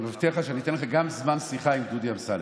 אני מבטיח לך שאני אתן לך גם זמן שיחה עם דודי אמסלם.